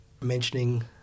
mentioning